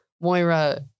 Moira